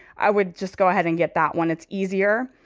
i would just go ahead and get that one. it's easier.